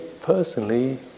personally